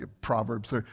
Proverbs